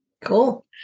Cool